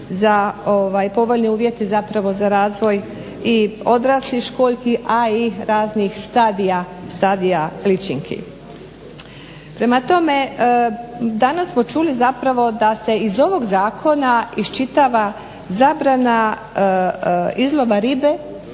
povoljni uvjeti za razvoj i odraslih školjki, a i raznih stadija ličinki. Prema tome, danas smo čuli da se iz ovog zakona iščitava zabrana izlova ribe.